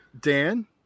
Dan